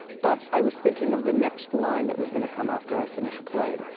but i was thinking of the next line that was going to come after i finished playing.